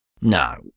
No